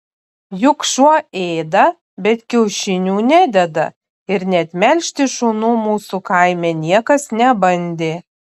juk šuo ėda bet kiaušinių nededa ir net melžti šunų mūsų kaime niekas nebandė